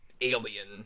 alien